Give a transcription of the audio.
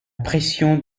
pression